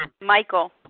Michael